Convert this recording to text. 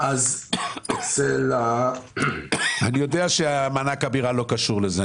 אני יודע שמענק הבירה לא קשור לזה.